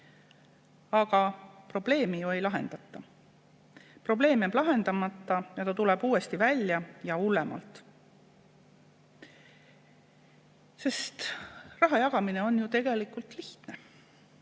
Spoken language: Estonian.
aga probleemi ju ei lahendata. Probleem jääb lahendamata ja see tuleb uuesti välja ja hullemalt. Raha jagamine on ju tegelikult lihtne.